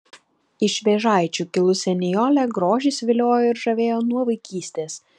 iš vėžaičių kilusią nijolę grožis viliojo ir žavėjo nuo vaikystės